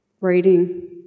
reading